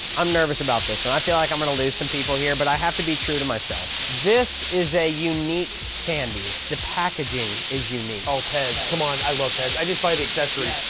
i'm nervous about this. i feel like i'm going to lose some people here, but i have to be true to myself. this is a unique candy. the packaging is unique. oh, pez. come on. i love pez. i just buy the accessories.